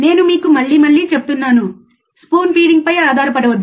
నేను మీకు మళ్ళీ మళ్ళీ చెప్తున్నాను స్పూన్ ఫీడింగ్ పై ఆధారపడవద్దు